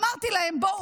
אמרתי להם: בואו,